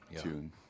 tune